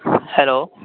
hello